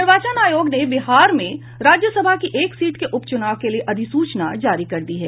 निर्वाचन आयोग ने बिहार में राज्यसभा की एक सीट के उपचुनाव के लिए अधिसूचना जारी कर दी है